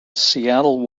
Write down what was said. seattle